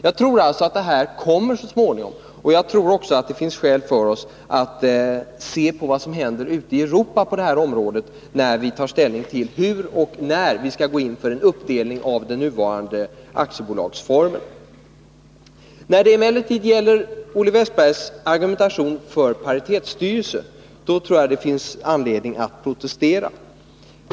Jag tror alltså att det här kommer så småningom, och jag tror också att det finns skäl för oss att se på vad som händer ute i Europa på detta område när vi tar ställning till hur och när vi skall gå in för en uppdelning av den nuvarande aktiebolagslagen. När det emellertid gäller Olle Wästbergs i Stockholm argumentation för paritetsstyrelse tror jag att det finns anledning att protestera.